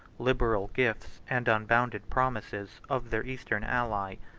liberal gifts, and unbounded promises, of their eastern ally,